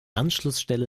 anschlussstelle